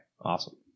Awesome